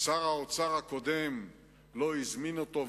שר האוצר הקודם לא הזמין אותו,